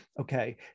Okay